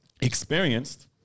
Experienced